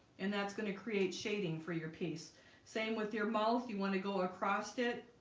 and that's going to create shading for your piece same with your mouth. you want to go across it?